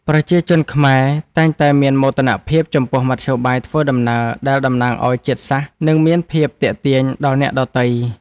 ប្រជាជនខ្មែរតែងតែមានមោទនភាពចំពោះមធ្យោបាយធ្វើដំណើរដែលតំណាងឱ្យជាតិសាសន៍និងមានភាពទាក់ទាញដល់អ្នកដទៃ។